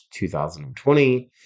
2020